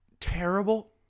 terrible